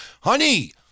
honey